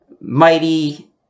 mighty